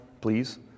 please